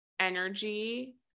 energy